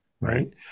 right